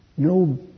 No